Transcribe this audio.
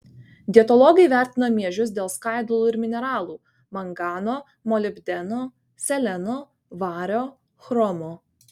dietologai vertina miežius dėl skaidulų ir mineralų mangano molibdeno seleno vario chromo